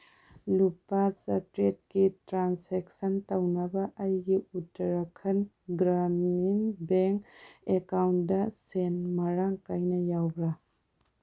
ꯂꯨꯄꯥ ꯆꯇꯔꯦꯠꯀꯤ ꯇ꯭ꯔꯥꯟꯁꯦꯛꯁꯟ ꯇꯧꯅꯕ ꯑꯩꯒꯤ ꯎꯇꯔꯈꯟ ꯒ꯭ꯔꯥꯃꯤꯟ ꯕꯦꯡ ꯑꯦꯀꯥꯎꯟꯗ ꯁꯦꯜ ꯃꯔꯥꯡ ꯀꯥꯏꯅ ꯌꯥꯎꯕ꯭ꯔꯥ